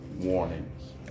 warnings